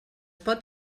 pot